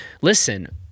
listen